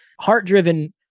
Heart-driven